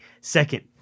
Second